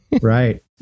Right